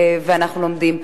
ואנחנו לומדים.